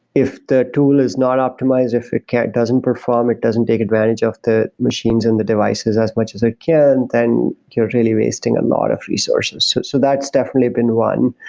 if the tool is not optimized, if it doesn't perform, it doesn't take advantage of the machines and the devices as much as it can, then you're really wasting a lot of resources. so so that's definitely been one.